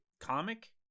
comic